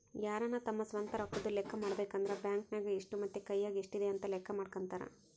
ಯಾರನ ತಮ್ಮ ಸ್ವಂತ ರೊಕ್ಕದ್ದು ಲೆಕ್ಕ ಮಾಡಬೇಕಂದ್ರ ಬ್ಯಾಂಕ್ ನಗ ಎಷ್ಟು ಮತ್ತೆ ಕೈಯಗ ಎಷ್ಟಿದೆ ಅಂತ ಲೆಕ್ಕ ಮಾಡಕಂತರಾ